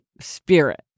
spirit